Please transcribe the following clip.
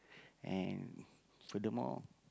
and furthermore